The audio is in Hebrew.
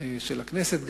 של הכנסת,